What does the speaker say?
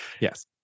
Yes